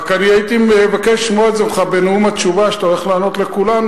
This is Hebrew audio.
רק הייתי מבקש לשמוע את זה ממך בנאום התשובה שאתה הולך לענות לכולנו.